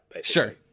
Sure